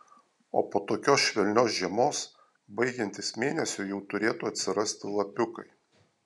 o po tokios švelnios žiemos baigiantis mėnesiui jau turėtų atsirasti lapiukai